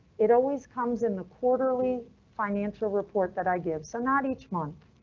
it always comes in the quarterly financial report that i give, so not each month.